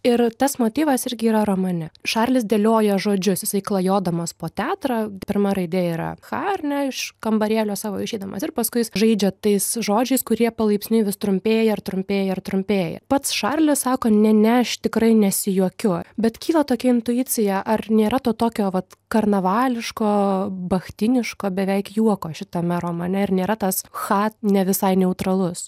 ir tas motyvas irgi yra romane šalis dėlioja žodžius jisai klajodamas po teatrą pirma raidė yra cha ar ne iš kambarėlio savo išeidamas ir paskui jis žaidžia tais žodžiais kurie palaipsniui vis trumpėja ir trumpėja ir trumpėja pats šarlis sako ne ne aš tikrai nesijuokiu bet kyla tokia intuicija ar nėra tokio vat karnavališko bachtiniško beveik juoko šitame romane ar nėra tas cha ne visai neutralus